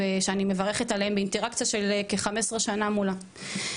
שאני מברכת עליהם באינטראקציה של כ-15 שנה מולה.